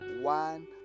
one